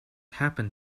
happened